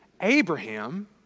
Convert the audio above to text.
Abraham